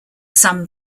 some